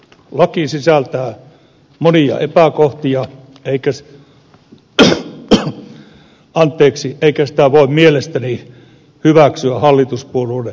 laki sisältää monia epäkohtia eikä sitä voi mielestäni hyväksyä hallituspuolueiden esittämässä muodossa